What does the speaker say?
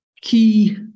key